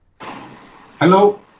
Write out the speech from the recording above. Hello